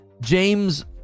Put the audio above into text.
James